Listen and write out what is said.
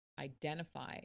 identify